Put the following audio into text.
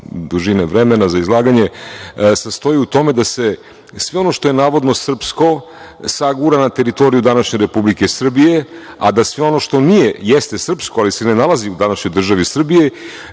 dužine vremena za izlaganje, sastoji u tome da se sve ono što je navodno srpsko, sagura na teritoriju današnje Republike Srbije, a da sve ono što nije, jeste srpsko, ali se ne nalazi u današnjoj državi Srbiji,